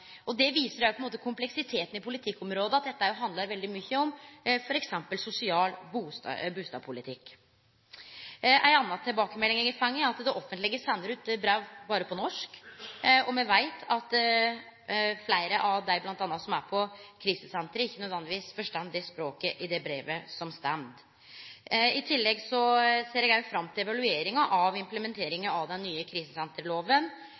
reetableringsfasen. Det viser òg på ein måte kompleksiteten på politikkområdet, at dette òg handlar veldig mykje om f.eks. sosial bustadpolitikk. Ei anna tilbakemelding eg har fått, er at det offentlege sender ut brev berre på norsk, og me veit at m.a. fleire av dei som er på krisesentra, ikkje nødvendigvis forstår det språket som står i brevet. I tillegg ser eg fram til evalueringa av